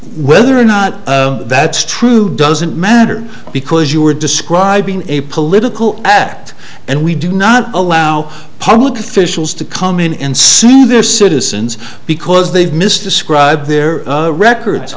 whether or not that's true doesn't matter because you are describing a political act and we do not allow public officials to come in and soothe their citizens because they've missed describe their records